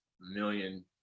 million